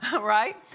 right